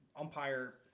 Umpire